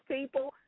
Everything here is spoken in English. people